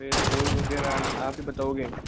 फिर पोज वगैरह आप ही बताओगे